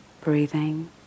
Breathing